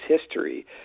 history